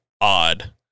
odd